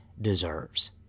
deserves